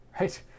right